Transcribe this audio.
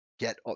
Get